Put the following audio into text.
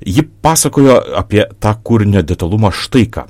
ji pasakojo apie tą kūrinio detalumą štai ką